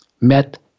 met